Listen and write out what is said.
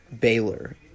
Baylor